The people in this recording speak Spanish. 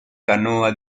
canoa